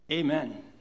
Amen